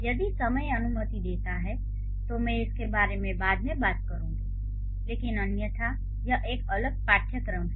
यदि समय अनुमति देता है तो मैं इसके बारे में बाद में बात करूंगी लेकिन अन्यथा यह एक अलग पाठ्यक्रम है